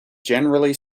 generally